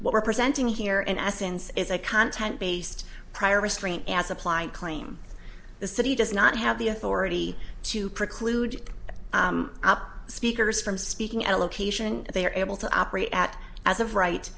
what we're presenting here in essence is a content based prior restraint as applied claim the city does not have the authority to preclude up speakers from speaking at a location they are able to operate at as of right